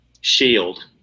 Shield